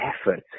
effort